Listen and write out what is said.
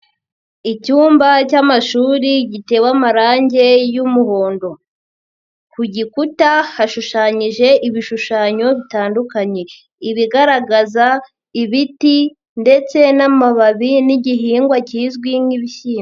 Icyumba cy'amashuri gitewe amarange y'umuhondo, ku gikuta hashushanyije ibishushanyo bitandukanye ibigaragaza ibiti ndetse n'amababi n'igihingwa kizwi nk'ibishyimbo.